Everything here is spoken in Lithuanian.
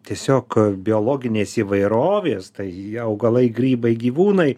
tiesiog biologinės įvairovės tai augalai grybai gyvūnai